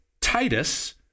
Titus